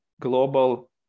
global